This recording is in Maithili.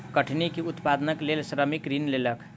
कठिनी के उत्पादनक लेल श्रमिक ऋण लेलक